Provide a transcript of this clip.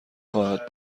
خواهد